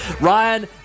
Ryan